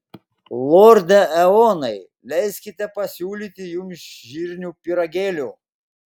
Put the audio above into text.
lorde eonai leiskite pasiūlyti jums žirnių pyragėlių